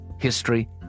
history